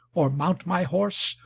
or mount my horse,